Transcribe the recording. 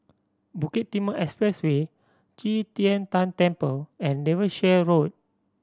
Bukit Timah Expressway Qi Tian Tan Temple and Devonshire Road